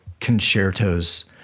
concertos